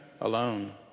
alone